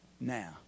Now